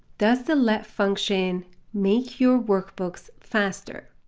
does the let function make your workbooks faster?